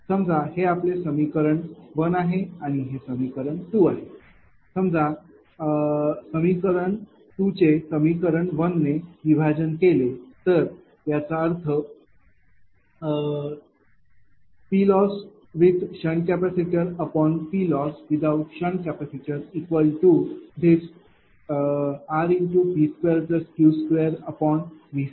तर समजा हे आपले समीकरण 1 आहे आणि हे समीकरण 2 आहे समजा समीकरण 2 चे समीकरण 1 ने विभाजन केले तर याचा अर्थ PLosswith SCPLosswithout SCrP2Q2Vc2rP2Q2V2V2Vc2आहे